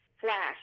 flash